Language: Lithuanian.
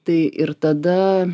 tai ir tada